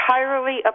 entirely